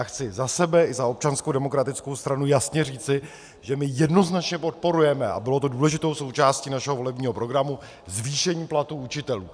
Chci za sebe i za Občanskou demokratickou stranu jasně říci, že my jednoznačně podporujeme, a bylo to důležitou součástí našeho volebního programu, zvýšení platů učitelů.